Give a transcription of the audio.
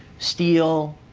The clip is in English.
steel,